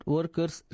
Workers